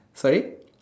sorry